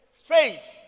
faith